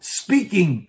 speaking